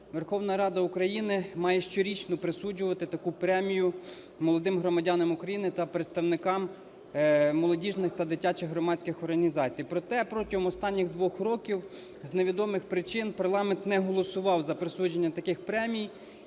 Верховна Рада України має щорічно присуджувати таку премію молодим громадянам України та представникам молодіжних та дитячих громадських організацій. Проте протягом останніх 2 років з невідомих причин парламент не голосував за присудження таких премій